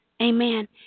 Amen